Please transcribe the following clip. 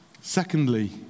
Secondly